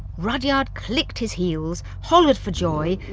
rudyard clicked his heels, hollered for joy,